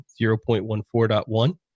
0.14.1